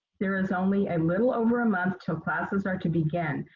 there is only a little over a month till classes are to begin,